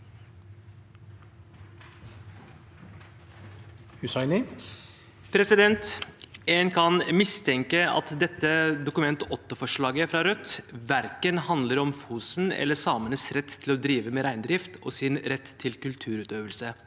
En kan mistenke at dette Dokument 8-forslaget fra Rødt verken handler om Fosen eller om samenes rett til å drive med reindrift og deres rett til kulturutøvelse.